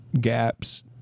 gaps